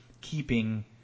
keeping